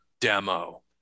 demo